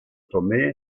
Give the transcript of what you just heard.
tomé